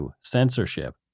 Censorship